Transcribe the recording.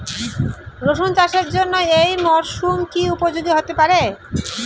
রসুন চাষের জন্য এই মরসুম কি উপযোগী হতে পারে?